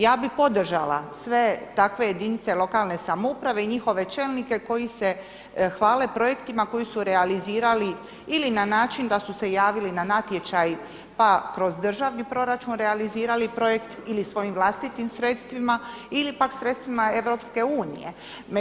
Ja bih podržala sve takve jedinice lokalne samouprave i njihove čelnike koji se hvale projektima koje su realizirali ili na način da su se javili na natječaj pa kroz državni proračun realizirali projekt ili svojim vlastitim sredstvima ili pak sredstvima Europske unije.